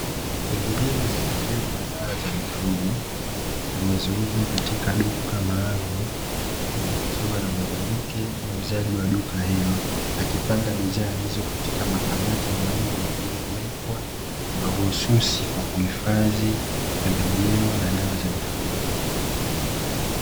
Pembejeo za kilimo na dawa za mifugo zinazouzwa katika duka maalumu, huku kukiwa na mwanamke muuzaji wa duka hilo akipanga bidhaa hizo katika makabati maalum, yaliyowekwa mahususi kwa kuhifadhi pembejeo na dawa za mifugo.